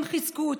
הם חיזקו אותי,